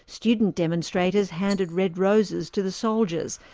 student demonstrators handed red roses to the soldiers,